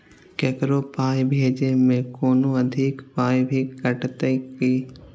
ककरो पाय भेजै मे कोनो अधिक पाय भी कटतै की?